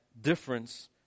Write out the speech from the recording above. difference